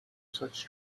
such